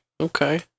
okay